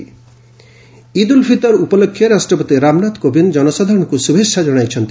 ପ୍ରେଜ୍ ଇଦ୍ ଇଦ୍ ଉଲ୍ ଫିତର ଉପଲକ୍ଷେ ରାଷ୍ଟ୍ରପତି ରାମନାଥ କୋବିନ୍ଦ ଜନସାଧାରଣଙ୍କୁ ଶୁଭେଚ୍ଛା ଜଣାଇଛନ୍ତି